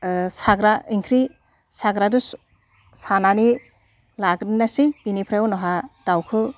साग्रा ओंख्रि साग्रादो सानानै लाग्रोनोसै बिनिफ्राय उनावहा दाउखो